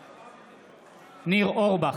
בעד ניר אורבך,